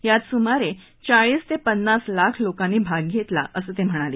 यात सुमारे चाळीस ते पन्नास लाख लोकांनी भाग घेतला असं ते म्हणाले